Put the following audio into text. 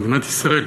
מדינת ישראל.